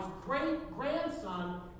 great-grandson